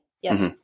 yes